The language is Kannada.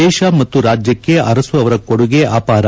ದೇಶ ಮತ್ತು ರಾಜ್ಯಕ್ಕೆ ಅರಸು ಅವರ ಕೊಡುಗೆ ಅಪಾರ